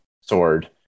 sword